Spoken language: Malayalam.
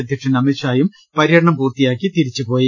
അധ്യക്ഷൻ അമിത്ഷായും പര്യടനം പൂർത്തിയാക്കി ് തിരിച്ചുപോയി